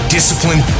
Discipline